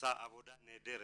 שעושה עבודה נהדרת,